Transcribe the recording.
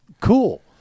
cool